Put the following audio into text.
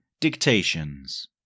Dictations